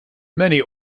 many